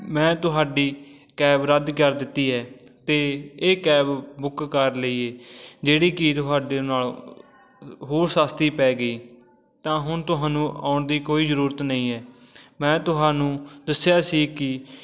ਮੈਂ ਤੁਹਾਡੀ ਕੈਬ ਰੱਦ ਕਰ ਦਿੱਤੀ ਹੈ ਅਤੇ ਇਹ ਕੈਬ ਬੁੱਕ ਕਰ ਲਈ ਏ ਜਿਹੜੀ ਕਿ ਤੁਹਾਡੇ ਨਾਲੋ ਹੋਰ ਸਸਤੀ ਪੈ ਗਈ ਤਾਂ ਹੁਣ ਤੁਹਾਨੂੰ ਆਉਣ ਦੀ ਕੋਈ ਜ਼ਰੂਰਤ ਨਹੀਂ ਹੈ ਮੈਂ ਤੁਹਾਨੂੰ ਦੱਸਿਆ ਸੀ ਕਿ